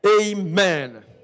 Amen